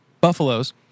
Buffaloes